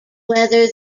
whether